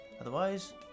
Otherwise